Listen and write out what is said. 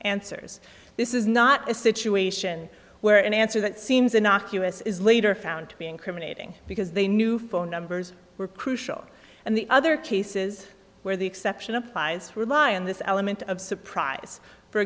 answers this is not a situation where an answer that seems innocuous is later found to be incriminating because they knew phone numbers were crucial and the other cases where the exception applies rely on this element of surprise for